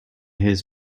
his